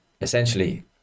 essentially